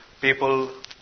people